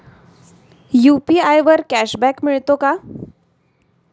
UPI वर cashback मिळतो का?